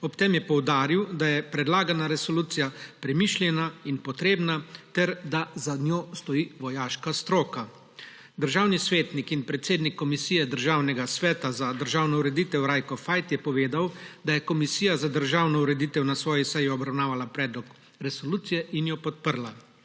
Ob tem je poudaril, da je predlagana resolucija premišljena in potrebna ter da za njo stoji vojaška stroka. Državni svetnik in predsednik Komisije Državnega sveta za državno ureditev Rajko Fajt je povedal, da je Komisija za državno ureditev na svoji seji obravnavala predlog resolucije in jo podprla.